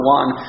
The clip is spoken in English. one